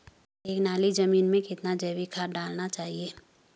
एक नाली जमीन में कितना जैविक खाद डालना चाहिए?